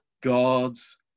God's